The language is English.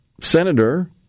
senator